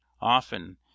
Often